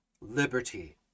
liberty